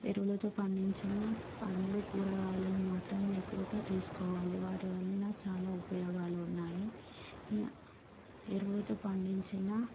ఎరువులతో పండించిన పళ్ళు కూరగాయలను మాత్రమే ఎక్కువగా తీసుకోవాలి వాటి వలన చాలా ఉపయోగాలు ఉన్నాయి ఎరువులతో పండించిన